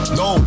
no